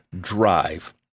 drive